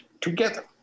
together